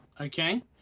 Okay